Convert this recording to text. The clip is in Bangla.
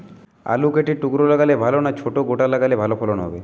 আলু কেটে টুকরো লাগালে ভাল না ছোট গোটা লাগালে ফলন ভালো হবে?